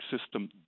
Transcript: system